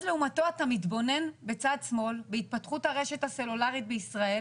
לעומתו אתה מתבונן בצד שמאל בהתפתחות הרשת הסלולרית בישראל,